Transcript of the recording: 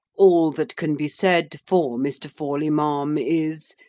all that can be said for mr. forley, ma'am, is,